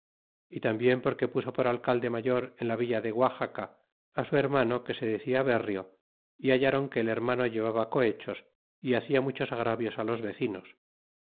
y tambien porque puso por alcalde mayor en la villa de guaxaca su hermano que se decia berrio y hallaron que el hermano llevaba cohechos y hacia muchos agravios ti los vecinos